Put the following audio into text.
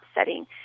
setting